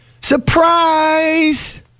surprise